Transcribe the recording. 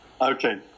okay